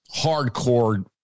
hardcore